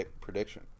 prediction